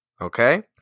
Okay